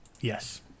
Yes